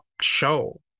show